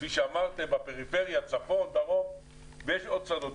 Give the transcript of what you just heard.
כפי שאמרתם, פריפריה, צפון, דרום ויש עוד שדות.